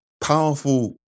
powerful